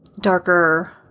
darker